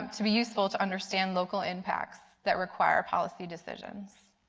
um to be useful to understand local impacts that require policy decisions?